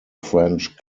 french